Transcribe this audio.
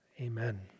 amen